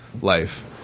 life